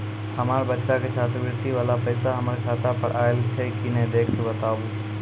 हमार बच्चा के छात्रवृत्ति वाला पैसा हमर खाता पर आयल छै कि नैय देख के बताबू?